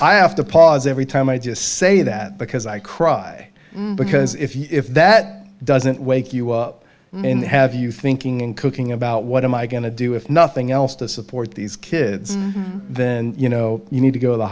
i have to pause every time i just say that because i cry because if that doesn't wake you up and have you thinking in cooking about what am i going to do if nothing else to support these kids then you know you need to go to the